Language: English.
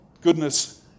goodness